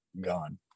gone